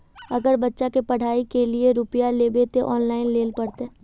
अगर बच्चा के पढ़ाई के लिये रुपया लेबे ते ऑनलाइन लेल पड़ते?